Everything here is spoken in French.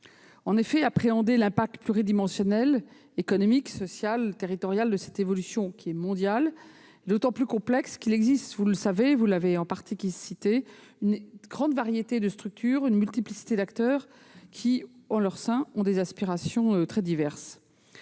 En effet, appréhender l'impact pluridimensionnel- économique, social et territorial -de cette évolution mondiale est d'autant plus complexe qu'il existe- vous le savez, vous l'avez partiellement rappelé -une grande variété de structures et une multiplicité d'acteurs aux aspirations très diverses.